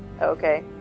Okay